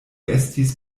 estis